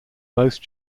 most